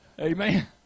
Amen